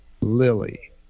Lily